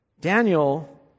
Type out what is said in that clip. Daniel